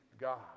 God